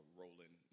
rolling